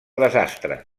desastre